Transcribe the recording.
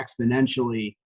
exponentially